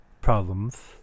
problems